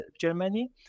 Germany